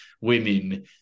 women